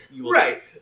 right